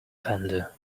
fender